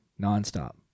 Nonstop